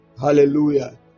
Hallelujah